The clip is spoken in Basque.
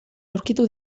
aurkitu